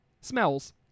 Smells